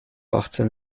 achtzehn